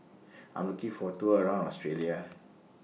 I'm looking For A Tour around Australia